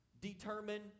determine